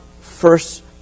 first